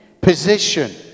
position